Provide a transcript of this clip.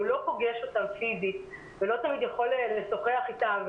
שהוא לא פוגש אותם פיזית ולא תמיד יכול לשוחח איתם,